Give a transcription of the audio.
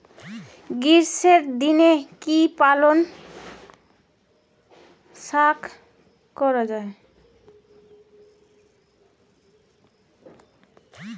গ্রীষ্মের দিনে কি পালন শাখ করা য়ায়?